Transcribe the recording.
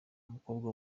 mukobwa